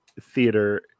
theater